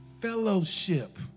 fellowship